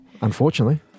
unfortunately